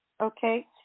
Okay